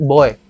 Boy